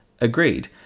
Agreed